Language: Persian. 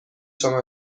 شما